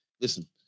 Listen